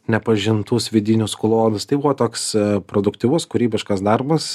nepažintus vidinius klodus tai buvo toks produktyvus kūrybiškas darbas